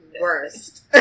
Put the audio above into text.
worst